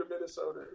Minnesota